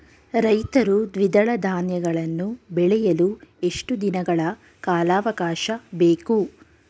ರೈತರು ದ್ವಿದಳ ಧಾನ್ಯಗಳನ್ನು ಬೆಳೆಯಲು ಎಷ್ಟು ದಿನಗಳ ಕಾಲಾವಾಕಾಶ ಬೇಕು?